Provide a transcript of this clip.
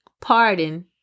pardon